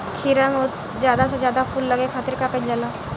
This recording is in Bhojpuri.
खीरा मे ज्यादा से ज्यादा फूल लगे खातीर का कईल जाला?